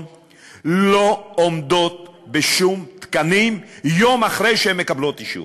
לא עומדות בשום תקנים יום אחרי שהן מקבלות אישור.